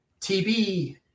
TB